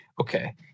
okay